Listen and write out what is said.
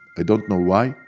i don't know why.